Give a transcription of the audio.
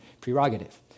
prerogative